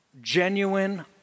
genuine